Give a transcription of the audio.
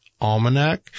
Almanac